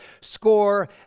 score